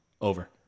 Over